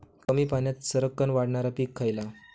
कमी पाण्यात सरक्कन वाढणारा पीक खयला?